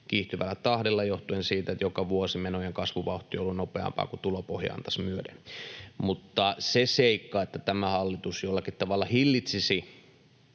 kiihtyvällä tahdilla johtuen siitä, että joka vuosi menojen kasvuvauhti on ollut nopeampaa kuin tulopohja antaisi myöden. Mutta se seikka, että tämä hallitus jollakin tavalla hillitsisi